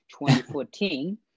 2014